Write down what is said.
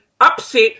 upset